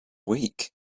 week